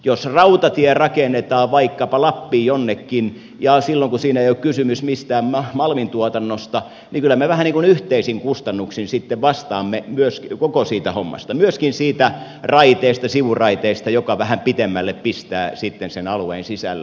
jos rautatie rakennetaan vaikkapa lappiin jonnekin ja silloin kun siinä ei ole kysymys mistään malmintuotannosta kyllä me vähän niin kuin yhteisin kustannuksin sitten vastaamme myös koko siitä hommasta myöskin siitä raiteesta sivuraiteesta joka vähän pitemmälle pistää sitten sen alueen sisällä